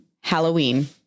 Halloween